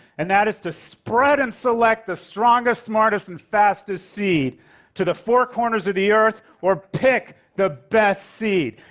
and that is to spread and select the strongest, smartest and fastest seed to the four corners of the earth, or pick the best seed.